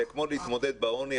זה כמו להתמודד בעוני,